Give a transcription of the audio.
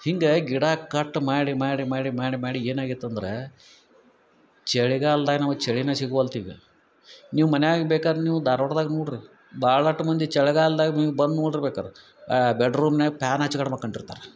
ಹಿಂಗೆ ಗಿಡ ಕಟ್ ಮಾಡಿ ಮಾಡಿ ಮಾಡಿ ಮಾಡಿ ಮಾಡಿ ಏನಾಗ್ಯತೆ ಅಂದ್ರೆ ಚಳಿಗಾಲ್ದಾಗ ನಮ್ಗೆ ಚಳಿನ ಸಿಗುವಲ್ದು ಈಗ ನೀವು ಮನ್ಯಾಗ ಬೇಕಾರೆ ನೀವು ಧಾರ್ವಾಡ್ದಾಗ ನೋಡಿರಿ ಭಾಳಷ್ಟ್ ಮಂದಿ ಚಳಿಗಾಲ್ದಾಗ ನೀವು ಬಂದು ನೋಡಿರಿ ಬೇಕಾರೆ ಆ ಬೆಡ್ ರೂಮ್ನ್ಯಾಗ ಪ್ಯಾನ್ ಹಚ್ಕೊಂಡು ಮಕ್ಕಂಡು ಇರ್ತಾರೆ